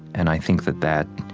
and i think that that